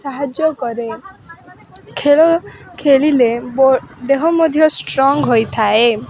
ସାହାଯ୍ୟ କରେ ଖେଳ ଖେଳିଲେ ଦେହ ମଧ୍ୟ ଷ୍ଟ୍ରଙ୍ଗ ହୋଇଥାଏ